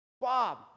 Bob